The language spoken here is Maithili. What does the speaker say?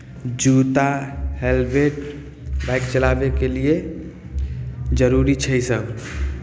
जूता हैलमेट बाइक चलाबयके लिए जरूरी छै इसभ